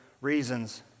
Reasons